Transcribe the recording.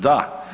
Da.